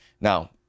now